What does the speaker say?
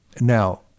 Now